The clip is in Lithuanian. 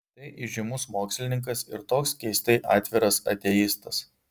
tai įžymus mokslininkas ir toks keistai atviras ateistas